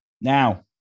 Now